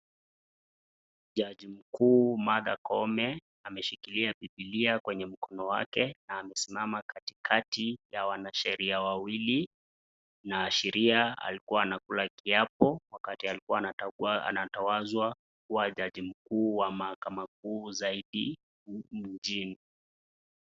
Jaji mkuu Martha Koome ameshikilia biblia kwenye mkono wake na amesimama katikati ya wanasheria wawili na sheria alikuwa anakula kiapo wakati alikuwa anatawazwa kuwa jaji mkuu wa mahakama kuu zaidi humu nchini.